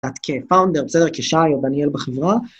את כפאונדר, בסדר, כשי או דניאל בחברה.